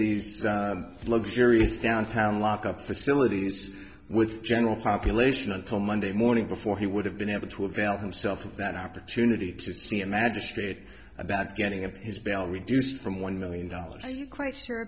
the luxuries downtown lockup facilities with the general population until monday morning before he would have been able to avail himself of that opportunity to see a magistrate about getting up his bail reduced from one million dollars quite sure